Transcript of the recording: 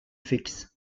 fixes